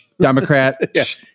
Democrat